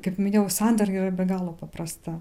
kaip minėjau sandara yra be galo paprasta